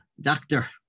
doctor